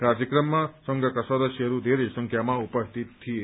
कार्यक्रममा संघका सदस्यहरू धेरै संख्यामा उपस्थित थिए